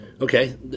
okay